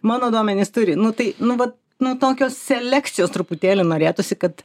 mano duomenis turi nu tai nu vat nu tokios selekcijos truputėlį norėtųsi kad